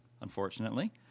unfortunately